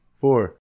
Four